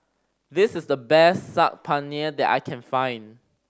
this is the best Saag Paneer that I can find